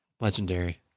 Legendary